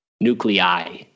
nuclei